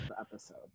episode